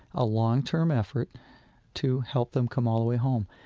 a long-term effort to help them come all the way home?